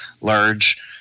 large